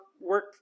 work